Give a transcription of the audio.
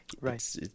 Right